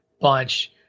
bunch